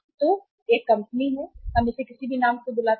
तो एक कंपनी है हम इसे किसी भी नाम से बुलाते हैं